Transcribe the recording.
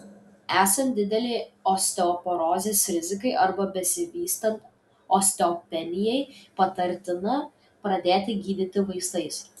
esant didelei osteoporozės rizikai arba besivystant osteopenijai patartina pradėti gydyti vaistais